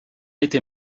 été